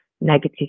negative